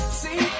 see